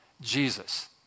Jesus